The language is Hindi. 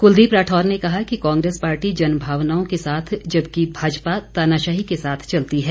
कुलदीप राठौर ने कहा कि कांग्रेस पार्टी जनभावनाओं के साथ जबकि भाजपा तानाशाही के साथ चलती है